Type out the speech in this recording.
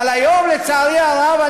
אבל לצערי הרב,